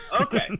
okay